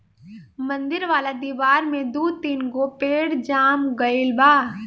मंदिर वाला दिवार में दू तीन गो पेड़ जाम गइल बा